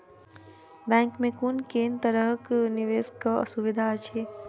Bank मे कुन केँ तरहक निवेश कऽ सुविधा अछि?